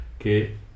Okay